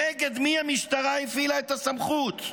נגד מי המשטרה הפעילה את הסמכות?